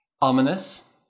Ominous